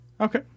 Okay